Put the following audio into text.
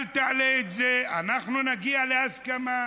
אל תעלה את זה, אנחנו נגיע להסכמה.